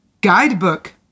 Guidebook